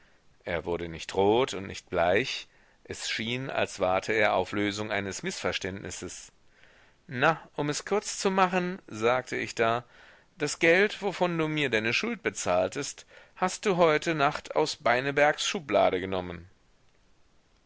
er wurde nicht rot und nicht bleich es schien als warte er auf lösung eines mißverständnisses na um es kurz zu machen sagte ich da das geld wovon du mir deine schuld bezahltest hast du heute nacht aus beinebergs schublade genommen